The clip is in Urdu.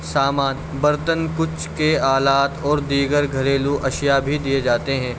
سامان برتن کچھ کے آلات اور دیگر گھریلو اشیاء بھی دیے جاتے ہیں